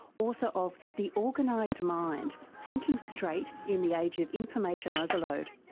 author of the organized mind thinking straight in the age of information overload.